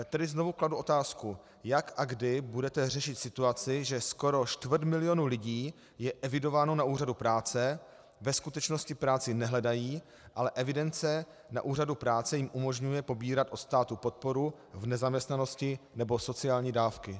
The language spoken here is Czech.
Tedy znovu kladu otázku: Jak a kdy budete řešit situaci, že skoro čtvrt milionu lidí je evidováno na úřadu práce, ve skutečnosti práci nehledají, ale evidence na úřadu práce jim umožňuje pobírat od státu podporu v nezaměstnanosti nebo sociální dávky?